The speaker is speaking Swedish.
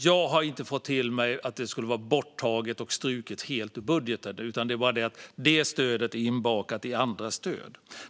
Jag har inte fått till mig att det skulle vara borttaget och struket helt ur budgeten, utan stödet är inbakat i andra stöd.